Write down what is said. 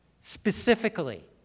specifically